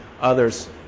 others